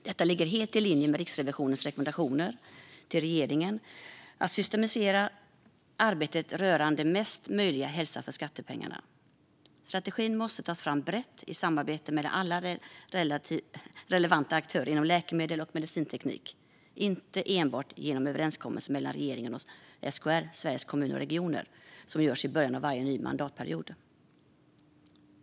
Detta ligger helt i linje med Riksrevisionens rekommendation till regeringen att systematisera arbetet rörande mesta möjliga hälsa för skattepengarna. Strategin måste tas fram brett i samarbete mellan alla relevanta aktörer inom läkemedel och medicinteknik, inte enbart genom de överenskommelser mellan regeringen och Sveriges Kommuner och Regioner som sluts i början av varje ny mandatperiod.